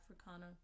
africana